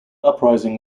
uprising